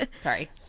Sorry